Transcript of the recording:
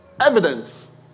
evidence